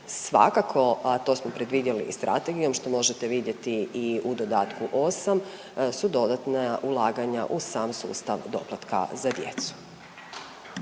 Svakako, a to smo predvidjeli i strategijom, što možete vidjeti i u dodatku 8, su dodatna ulaganja u sam sustav doplatka za djecu.